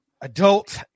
adult